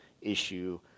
issue